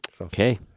Okay